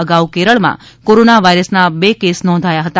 અગાઉ કેરળમાં કોરોના વાયરસના બે કેસ નોંધાયા હતા